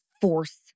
force